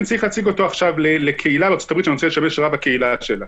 צריך להציג עכשיו לקהילה בארצות-הברית שאני רוצה לשמש רב הקהילה שלה